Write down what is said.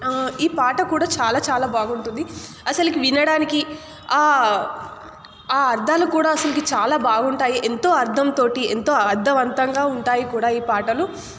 ఈ పాట కూడా చాలా చాలా బాగుంటుంది అసలుకి వినడానికి ఆ అర్థాలు కూడా అసలుకి చాలా బాగుంటాయి ఎంతో అర్థంతో ఎంతో అర్థవంతంగా ఉంటాయి కూడా ఈ పాటలు